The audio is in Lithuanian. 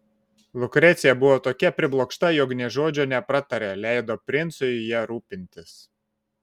lukrecija buvo tokia priblokšta jog nė žodžio nepratarė leido princui ja rūpintis